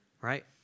right